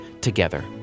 together